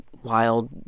wild